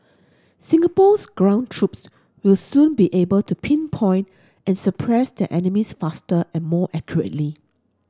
Singapore's ground troops will soon be able to pinpoint and suppress their enemies faster and more accurately